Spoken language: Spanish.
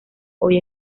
hoy